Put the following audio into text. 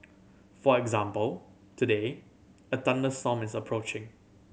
for example today a thunderstorm is approaching